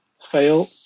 fail